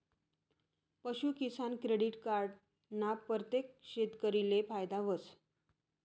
पशूकिसान credit card ना परतेक शेतकरीले फायदा व्हस